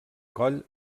coll